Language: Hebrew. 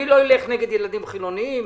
אני לא אלך נגד ילדים חילוניים.